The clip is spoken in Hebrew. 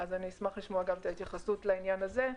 אז אשמח לשמוע גם את ההתייחסות לעניין הזה.